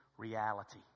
Reality